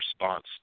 response